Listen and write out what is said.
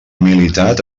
militat